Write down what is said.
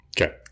Okay